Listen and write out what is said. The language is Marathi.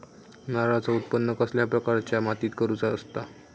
नारळाचा उत्त्पन कसल्या प्रकारच्या मातीत करूचा असता?